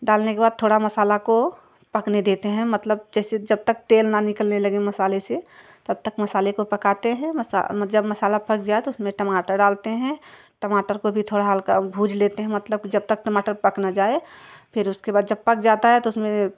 डालने के बाद थोड़ा मसाले को पकने देते हैं मतलब जैसे जब तक तेल ना निकलने लगे मसाले से तब तक मसाले को पकाते हैं मसा जब मसाला पक जाए तो उसमें टमाटर डालते हैं टमाटर को भी थोड़ा हल्का भूज लेते मतलब कि जब तक टमाटर पक ना जाए फ़िर उसके बाद जब पक जाता है तो उसमें